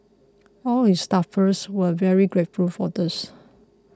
all his staffers were very grateful for this